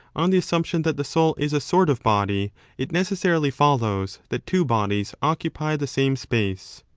on the assumption that the soul is a sort of body it necessarily follows that two bodies occupy the same space.